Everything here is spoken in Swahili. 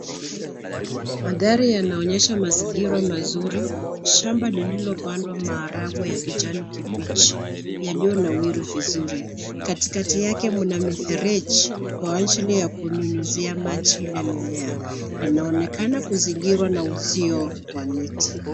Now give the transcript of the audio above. Magari yanaonyesha mazingira mazuri, shamba lililopandwa maharagwe ya kijani kibichi yaliyo nawiri vizuri. Katikati yake mna mifereji wa ajili ya kunyunyuzia maji ile mimea. Inaonekana kuzingirwa na uzio wa miti.